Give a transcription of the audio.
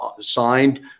signed